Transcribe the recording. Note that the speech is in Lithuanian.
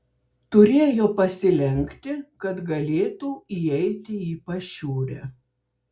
turėjo pasilenkti kad galėtų įeiti į pašiūrę